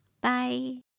Bye